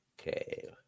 Okay